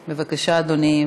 בבקשה, אדוני.